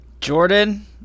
Jordan